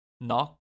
Knock